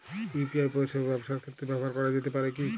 UPI পরিষেবা ব্যবসার ক্ষেত্রে ব্যবহার করা যেতে পারে কি?